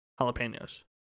jalapenos